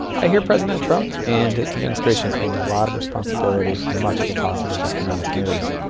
i hear president trump and his administration claim a lot of responsibility for much of positive economic news.